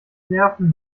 nerven